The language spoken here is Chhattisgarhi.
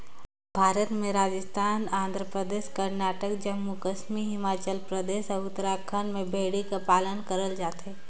भारत में राजिस्थान, आंध्र परदेस, करनाटक, जम्मू कस्मी हिमाचल परदेस, अउ उत्तराखंड में भेड़ी कर पालन करल जाथे